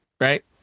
right